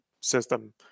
system